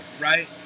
right